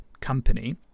company